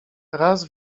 raz